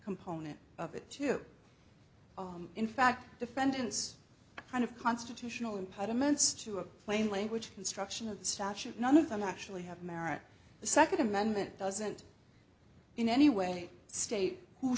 component of it to in fact defendants kind of constitutional impediments to a plain language construction of the statute none of them actually have merit the second amendment doesn't in any way state who